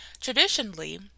Traditionally